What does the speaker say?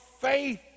faith